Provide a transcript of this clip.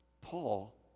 Paul